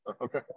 okay